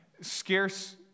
scarce